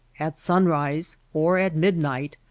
at sunrise, or at mid night,